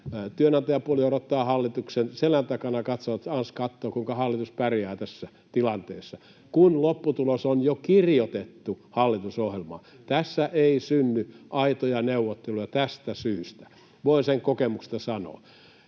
työnantajapuoli odottaa hallituksen selän takana ja katsoo, että ans kattoo, kuinka hallitus pärjää tässä tilanteessa, kun lopputulos on jo kirjoitettu hallitusohjelmaan. Tässä ei synny aitoja neuvotteluja tästä syystä, voin sen kokemuksesta sanoa.